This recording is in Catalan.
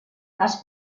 cas